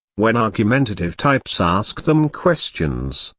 when argumentative types ask them questions,